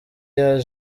year